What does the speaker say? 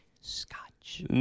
Scotch